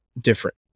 Different